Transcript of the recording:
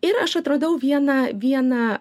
ir aš atradau vieną vieną